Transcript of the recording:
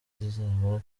zizaba